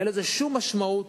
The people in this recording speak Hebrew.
אין לזה שום משמעות